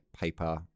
paper